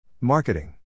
Marketing